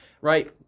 right